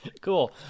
Cool